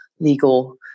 legal